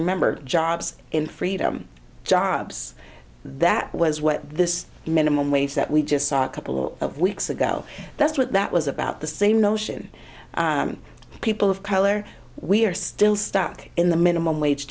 remember jobs in freedom jobs that was what this minimum wage that we just saw a couple of weeks ago that's what that was about the same notion people of color we're still stuck in the minimum wage